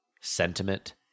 sentiment